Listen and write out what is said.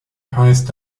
heißt